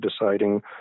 deciding